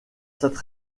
cette